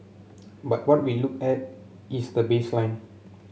but what we look at is the baseline